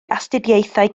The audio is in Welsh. astudiaethau